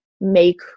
make